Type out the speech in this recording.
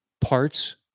parts